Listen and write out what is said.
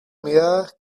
miradas